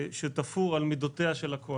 חסר רצינות ושטחי מבית היוצר של בנימין נתניהו".